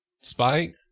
Spike